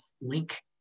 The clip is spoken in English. link